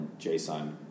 JSON